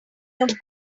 your